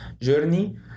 journey